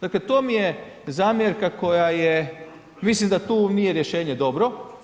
Dakle, to mi je zamjerka koja je, mislim da tu rješenje dobro.